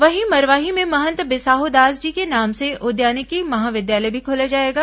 वहीं मरवाही में महंत बिसाहू दास जी के नाम से उद्यानिकी महाविद्यालय भी खोला जाएगा